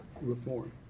reform